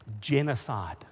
Genocide